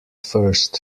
first